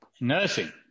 nursing